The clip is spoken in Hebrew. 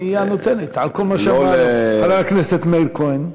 היא הנותנת על כל מה שאמר חבר הכנסת מאיר כהן.